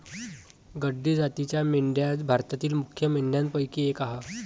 गड्डी जातीच्या मेंढ्या भारतातील मुख्य मेंढ्यांपैकी एक आह